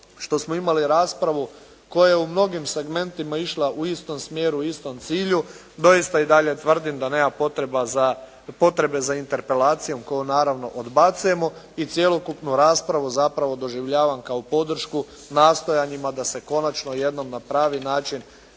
što smo imali raspravu koja je u mnogim segmentima išla u istom smjeru, u istom cilju, doista i dalje tvrdim da nema potrebe za interpelacijom koju naravno odbacujemo i cjelokupnu raspravu zapravo doživaljavam kao podršku nastojanjima da se konačno jednom na pravi način